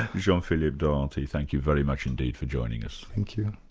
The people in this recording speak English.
jean-phillipe deranty, thank you very much indeed for joining us. thank you.